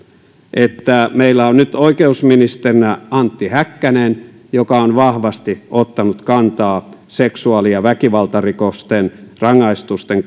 että meillä on nyt oikeusministerinä antti häkkänen joka on vahvasti ottanut kantaa seksuaali ja väkivaltarikosten rangaistusten